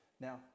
Now